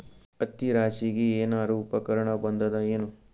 ಹತ್ತಿ ರಾಶಿಗಿ ಏನಾರು ಉಪಕರಣ ಬಂದದ ಏನು?